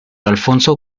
alfonso